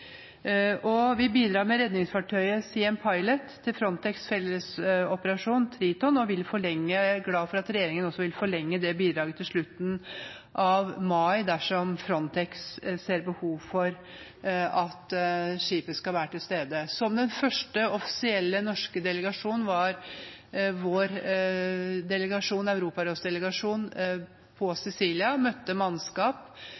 Vi bidrar også med redningsfartøyet «Siem Pilot» til Frontex’ fellesoperasjon Triton, og jeg er glad for at regjeringen vil forlenge det bidraget til slutten av mai dersom Frontex ser behov for at skipet skal være til stede. Som den første offisielle norske delegasjon var vår delegasjon, Europarådsdelegasjonen, på Sicilia, der vi møtte mannskap,